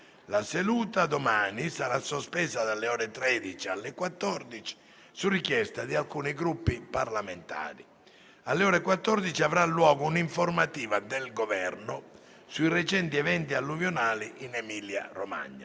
La seduta di domani sarà sospesa dalle ore 13 alle ore 14 su richiesta di alcuni Gruppi parlamentari. Alle ore 14 avrà luogo un'informativa del Governo sui recenti eventi alluvionali in Emilia-Romagna.